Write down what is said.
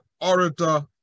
orator